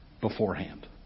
beforehand